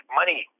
money